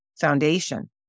foundation